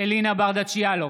אלינה ברדץ' יאלוב,